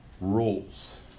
rules